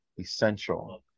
essential